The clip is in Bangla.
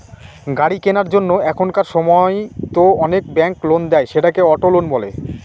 গাড়ি কেনার জন্য এখনকার সময়তো অনেক ব্যাঙ্ক লোন দেয়, সেটাকে অটো লোন বলে